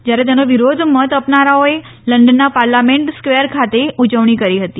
જયારે તેનો વિરુધ્ધ મત આપનારાઓએ લંડનના પાર્લામેન્ટ સ્કવેર ખાતે ઉજવણી કરી હતી